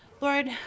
Lord